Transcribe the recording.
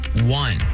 one